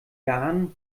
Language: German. jahren